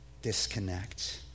disconnect